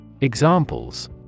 Examples